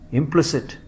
implicit